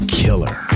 killer